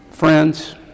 Friends